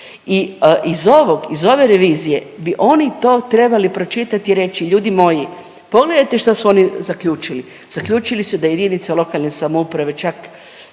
iz ove revizije bi oni to trebali pročitati i reći, ljudi moji, pogledajte šta su oni zaključili, zaključili su da jedinice lokalne samouprave čak